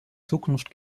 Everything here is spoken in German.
zukunft